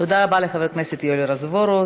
תודה רבה לחבר הכנסת יואל רזבוזוב.